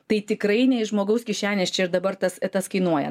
tai tikrai ne iš žmogaus kišenės čia ir dabar tas tas kainuoja